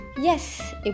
yes